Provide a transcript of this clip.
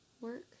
work